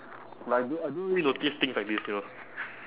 like I don~ I don't really notice things like this you know